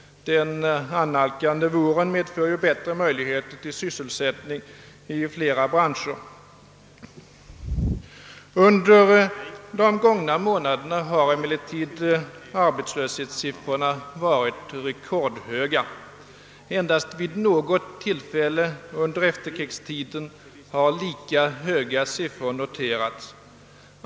Den annalkande våren medför ju bättre möjligheter till sysselsättning inom flera branscher. Under de gångna månaderna har emellertid arbetslöshetssiffrorna varit rekordhöga. Endast vid något tillfälle under efterkrigstiden har lika höga siffror noterats.